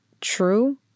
true